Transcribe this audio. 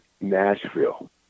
Nashville